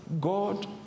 God